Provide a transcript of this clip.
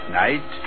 night